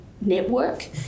network